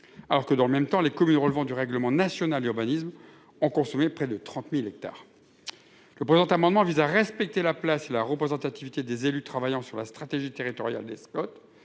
Alors que dans le même temps les communes relevant du règlement national urbanisme ont consommé près de 30.000 hectares. Le présent amendement vise à respecter la place la représentativité des élus travaillant sur la stratégie territoriale des spots,